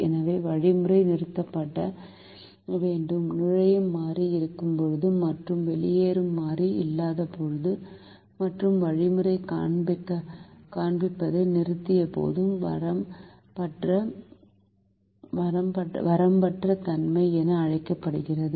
எனவே வழிமுறை நிறுத்தப்பட வேண்டும் நுழையும் மாறி இருக்கும்போது மற்றும் வெளியேறும் மாறி இல்லாதபோது மற்றும் வழிமுறை காண்பிப்பதை நிறுத்தும்போது வரம்பற்ற தன்மை என அழைக்கப்படுகிறது